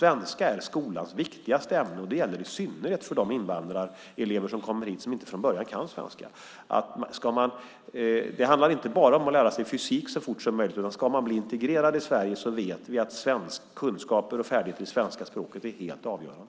Svenska är skolans viktigaste ämne, och det gäller i synnerhet för de invandrarelever som kommer hit och som inte från början kan svenska. Det handlar inte bara om att lära sig fysik så fort som möjligt. Ska man bli integrerad i Sverige är kunskaper och färdigheter i svenska språket helt avgörande.